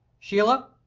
sheila,